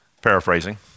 Paraphrasing